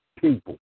people